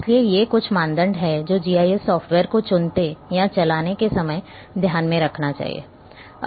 इसलिए ये कुछ मानदंड हैं जो जीआईएस सॉफ्टवेयर को चुनते या चलाने के समय ध्यान में रखना चाहिए